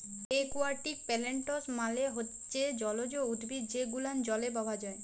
aquatic plants মালে হচ্যে জলজ উদ্ভিদ যে গুলান জলে পাওয়া যায়